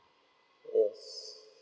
yes